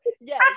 Yes